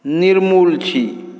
निर्मूल छी